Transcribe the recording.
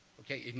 okay.